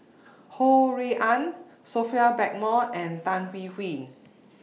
Ho Rui An Sophia Blackmore and Tan Hwee Hwee